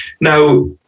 Now